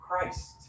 Christ